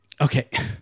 Okay